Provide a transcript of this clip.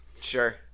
Sure